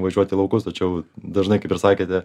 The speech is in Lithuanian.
važiuot į laukus tačiau dažnai kaip ir sakėte